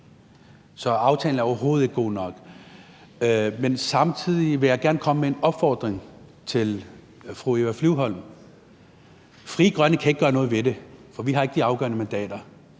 Så aftalen er overhovedet ikke god nok. Men samtidig vil jeg gerne komme med en opfordring til fru Eva Flyvholm. Frie Grønne kan ikke gøre noget ved det, for vi har ikke de afgørende mandater,